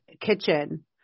kitchen